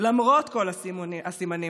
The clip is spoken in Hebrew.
למרות כל הסימנים,